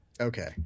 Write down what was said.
Okay